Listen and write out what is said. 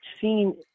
seen